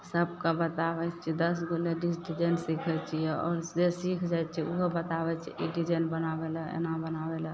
सबके बताबय छियै दस गो लेडीज डिजाइन सीखय छियै आओर जे सीख जाइ छै उहो बताबय छै ई डिजाइन बनाबय लए एना बनाबय लै